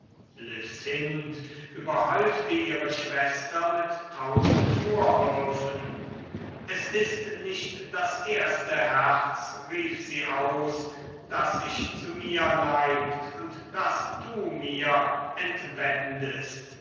überhäufte ihre schwester mit tausend vorwürfen es ist nicht das erste herz rief sie aus das sich zu mir neigt und das du mir entwendest